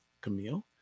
Camille